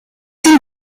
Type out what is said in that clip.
dem